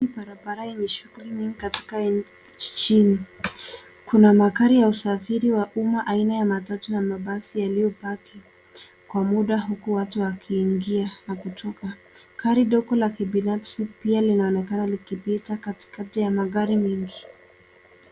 Barabara yenye shughuli nyingi katika eneo jijini. Kuna magari ya usafiri ya umma aina ya matatu ya basi yaliyopaki kwa muda huku watu wakiingia na kutoka. Gari dogo la kibinafsi pia linaonekana likipita katikati ya magari mengi.